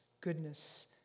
goodness